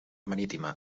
marítima